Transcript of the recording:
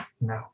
no